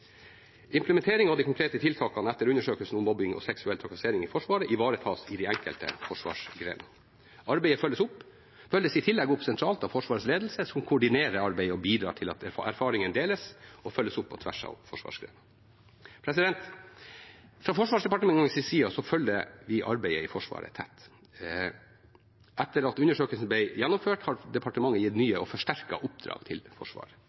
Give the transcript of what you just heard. Implementering av de konkrete tiltakene etter undersøkelsen om mobbing og seksuell trakassering i Forsvaret ivaretas i de enkelte forsvarsgrener. Arbeidet følges i tillegg opp sentralt av Forsvarets ledelse, som koordinerer arbeidet og bidrar til at erfaringene deles og følges opp på tvers av forsvarsgrener. Fra Forsvarsdepartementets side følger vi arbeidet i Forsvaret tett. Etter at undersøkelsen ble gjennomført, har departementet gitt nye og forsterkede oppdrag til Forsvaret.